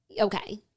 Okay